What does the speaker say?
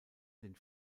den